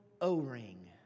O-ring